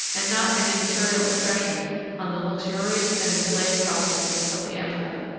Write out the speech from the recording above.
and not any material impression on the luxurious and enslaved provinces of the empire.